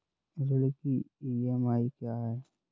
ऋण की ई.एम.आई क्या है?